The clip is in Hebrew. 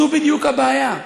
זאת בדיוק הבעיה.